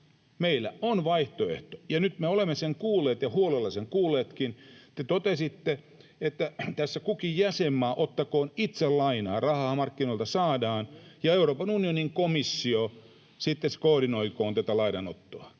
meillä on vaihtoehto. Nyt me olemme sen kuulleet ja huolella sen kuulleetkin. Te totesitte, että tässä kukin jäsenmaa ottakoon itse lainaa, rahaahan markkinoilta saadaan, ja Euroopan unionin komissio sitten koordinoikoon tätä lainanottoa.